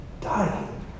dying